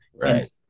Right